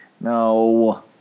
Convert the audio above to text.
No